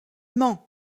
mens